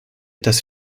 dass